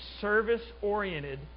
service-oriented